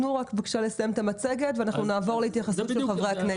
תנו לו בבקשה לסיים את המצגת ואנחנו נעבור להתייחסות של חברי הכנסת.